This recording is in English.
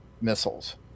missiles